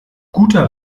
guter